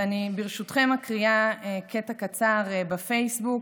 ברשותכם אני מקריאה קטע קצר מהפייסבוק